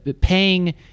paying